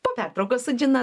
po pertraukos su džina